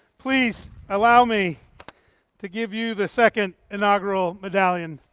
please allow me to give you the second inaugural medallion.